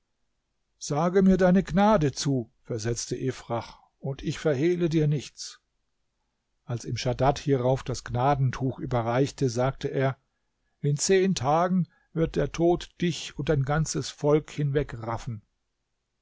sage mir deine gnade zu versetzte ifrach und ich verhehle dir nichts als ihm schadad hierauf das gnadentuch überreichte sagte er in zehn tagen wird der tod dich und dein ganzes volk hinwegraffen